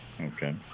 Okay